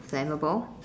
flammable